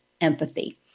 empathy